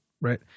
right